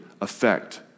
affect